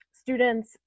students